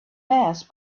mass